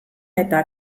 eta